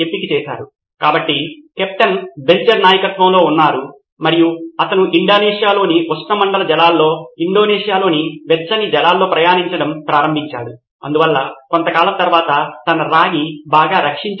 సిద్ధార్థ్ మాతురి కాబట్టి మనము కూడా ఆదర్శవంతమైన పరిస్థితిలో ఉన్నాము అది ఉపాధ్యాయుడు అప్లోడ్ చేసిన ఒక సమాచారము అవుతుంది విద్యార్థులందరూ ఆ సమాచారమును చూస్తారు ఎవరైతే సవరించాలని మార్పు చేయాలనుకుంటున్నారో జోడించాలనుకుంటున్నారో అలా చేసి తిరిగి రావాలని కోరుకుంటారు